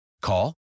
Call